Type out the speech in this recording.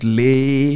lay